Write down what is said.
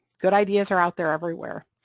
good ideas are out there everywhere,